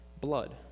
blood